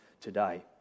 today